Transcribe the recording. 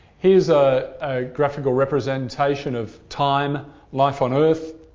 here's a ah graphical representation of time life on earth.